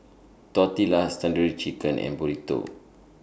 Tortillas Tandoori Chicken and Burrito